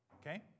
okay